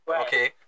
okay